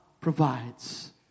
provides